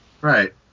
Right